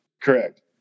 Correct